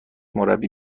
مربی